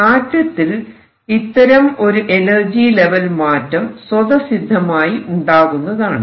ആറ്റത്തിൽ ഇത്തരം ഒരു energy level മാറ്റം സ്വതസിദ്ധമായി ഉണ്ടാകുന്നതാണ്